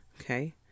Okay